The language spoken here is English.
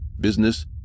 business